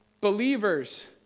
Believers